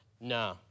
No